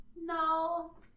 No